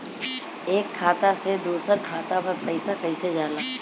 एक खाता से दूसर खाता मे पैसा कईसे जाला?